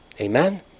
Amen